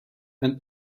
and